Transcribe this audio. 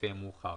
לפי המאוחר.